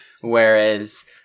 whereas